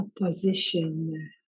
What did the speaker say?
opposition